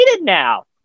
now